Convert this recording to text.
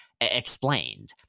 explained